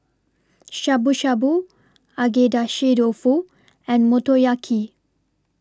Shabu Shabu Agedashi Dofu and Motoyaki